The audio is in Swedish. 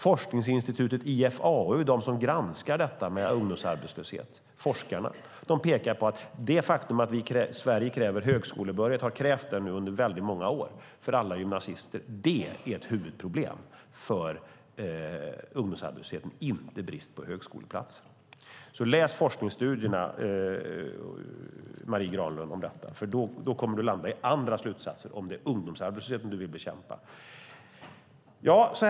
Forskningsinstitutet IFAU granskar detta med ungdomsarbetsarbetslöshet, och forskarna där pekar på att det faktum att Sverige under många år har krävt högskolebehörighet för alla gymnasister är ett huvudproblem för ungdomsarbetslösheten, inte brist på högskoleplatser. Läs forskningsstudierna om detta, Marie Granlund, för då kommer du att landa i andra slutsatser om det är ungdomsarbetslösheten du vill bekämpa.